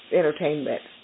entertainment